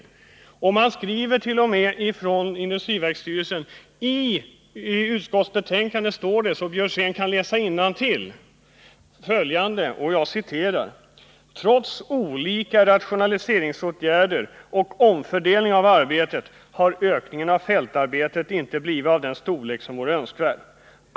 Industriverket skriver t.o.m. detta, vilket Karl Björzén kan läsa i utskottets betänkande: ”Trots olika rationaliseringsåtgärder och omfördelning av arbetet har ökningen av fältarbetet inte blivit av den storlek som vore önskvärd.